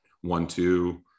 one-two